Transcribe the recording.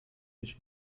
nicht